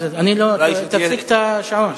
אני לא, תפסיק את השעון.